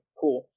cool